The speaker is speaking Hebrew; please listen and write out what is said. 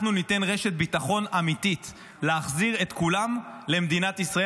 אנחנו ניתן רשת ביטחון אמיתית להחזיר את כולם למדינת ישראל.